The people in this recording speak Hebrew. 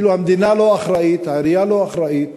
כאילו המדינה לא אחראית, העירייה לא אחראית.